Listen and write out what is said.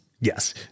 yes